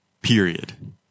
period